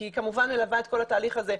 כי היא כמובן מלווה את כל התהליך הזה,